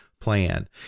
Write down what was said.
plan